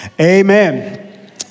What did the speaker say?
Amen